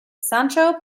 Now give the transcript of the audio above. sancho